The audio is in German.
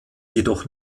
jedoch